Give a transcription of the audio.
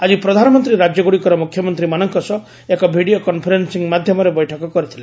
ଆଜି ପ୍ରଧାନମନ୍ତ୍ରୀ ରାଜ୍ୟଗୁଡ଼ିକର ମୁଖ୍ୟମନ୍ତ୍ରୀମାନଙ୍କ ସହ ଏକ ଭିଡ଼ିଓ କନଫରେନ୍ଦିଂ ମାଧ୍ୟମରେ ବୈଠକ କରିଥିଲେ